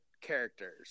characters